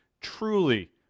truly